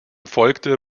folgte